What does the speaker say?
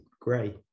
grey